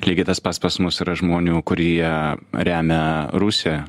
lygiai tas pats pas mus yra žmonių kurie remia rusiją